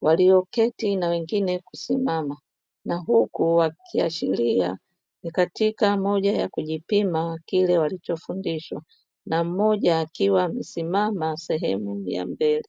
walioketi na wengine kusimama, na huku wakiashiria ni katika moja ya kujipima kile walichofundishwa na mmoja akiwa amesimama sehemu ya mbele.